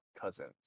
cousins